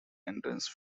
entrance